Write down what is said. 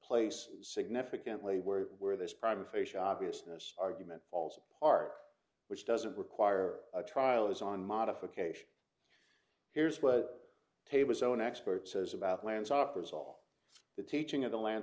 place significantly where where this prime facia obviousness argument falls apart which doesn't require a trial is on modification here's what table's own expert says about lance offers all the teaching of the lan